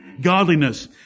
Godliness